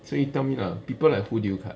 so you tell me lah people like who did you cut